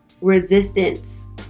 resistance